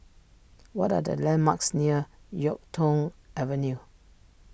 what are the landmarks near Yuk Tong Avenue